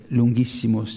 lunghissimo